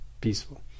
peaceful